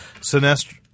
Sinestro